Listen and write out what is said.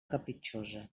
capritxosa